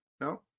No